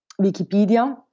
Wikipedia